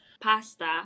pasta